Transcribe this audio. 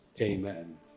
Amen